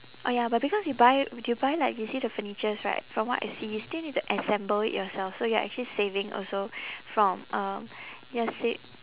oh ya but because you buy do you buy like you see the furnitures right from what I see you still need to assemble it yourself so you're actually saving also from um you're sav~